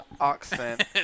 accent